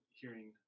hearing